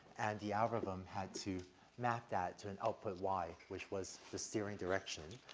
and the algorithm had to map that to an output y which was the steering direction.